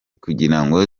kugirango